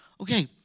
Okay